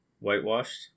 whitewashed